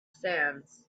sands